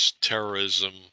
terrorism